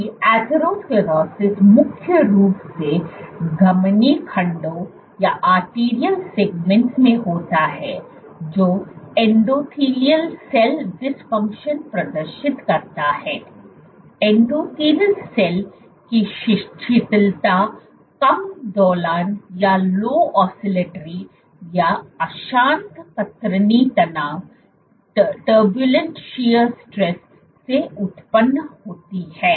कि एथेरोस्क्लेरोसिस मुख्य रूप से धमनी खंडों में होता है जो एंडोथेलियल सेल डिसफंक्शन प्रदर्शित करता है एंडोथेलियल सेल की शिथिलता कम दोलन या अशांत कतरनी तनाव turbulent shear stressसे उत्पन्न होती है